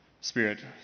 Spirit